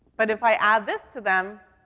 but if i add this to them,